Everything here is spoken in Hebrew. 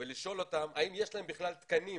ולשאול אותם האם יש להם בכלל תקנים